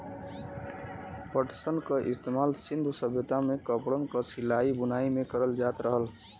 पटसन क इस्तेमाल सिन्धु सभ्यता में कपड़न क सिलाई बुनाई में करल जात रहल